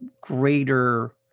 greater